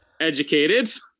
Educated